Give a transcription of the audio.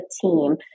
team